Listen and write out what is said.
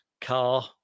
car